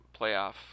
playoff